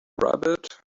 rabbit